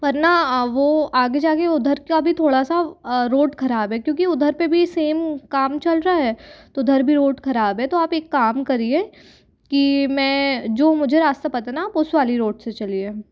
पर ना वो आगे जाके उधर का भी थोड़ा सा रोड खराब है क्योंकि उधर पे भी सेम काम चल रहा है तो उधर भी रोड खराब है तो आप एक काम करिए कि मैं जो मुझे रास्ता पता ना आप उस वाली रोड से चलिए